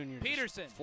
Peterson